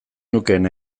nukeen